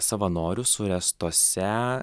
savanorių suręstose